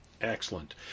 Excellent